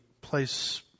place